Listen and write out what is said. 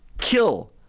kill